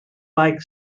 like